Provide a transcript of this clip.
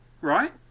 Right